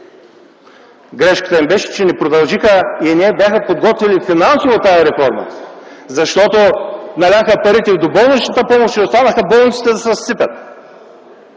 Грешката им беше, че не продължиха и не я бяха подготвили финансово тази реформа, защото наляха парите от доболничната помощ и оставиха болниците да се разсипят.